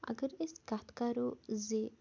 اَگر أسۍ کَتھ کَرو زِ